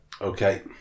Okay